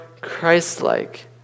Christ-like